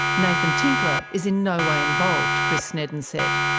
nathan tinkler is in no way involved, chris sneddon said.